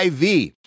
IV